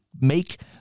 make